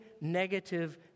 negative